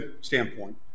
standpoint